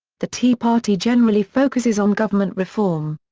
the tea party generally focuses on government reform.